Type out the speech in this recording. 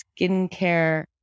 skincare